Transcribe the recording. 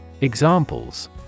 Examples